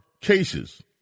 cases